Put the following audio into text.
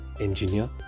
engineer